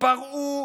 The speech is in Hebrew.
פרעו